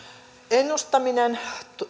ennustaminen